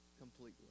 completely